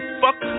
fuck